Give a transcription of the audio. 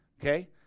Okay